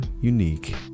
unique